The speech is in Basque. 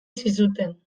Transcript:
zizuten